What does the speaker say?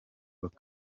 bari